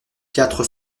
quatre